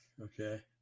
okay